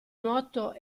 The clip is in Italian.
nuoto